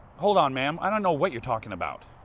hold on, ma'am. i don't know what you're talking about.